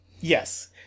Yes